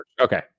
okay